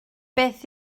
beth